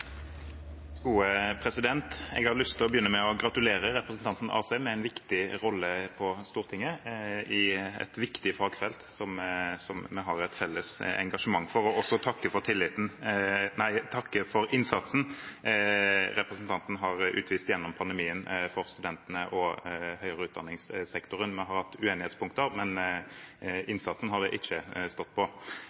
Jeg har lyst til å begynne med å gratulere representanten Asheim med en viktig rolle på Stortinget innen et viktig fagfelt som vi har et felles engasjement for, og også takke for innsatsen representanten har utvist gjennom pandemien, for studentene og høyere utdanning-sektoren. Vi har hatt uenighetspunkter, men innsatsen har det ikke stått på.